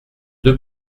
deux